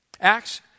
Acts